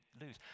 lose